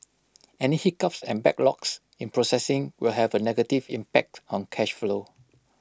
any hiccups and backlogs in processing will have A negative impact on cash flow